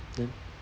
then